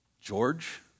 George